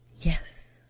Yes